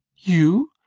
you,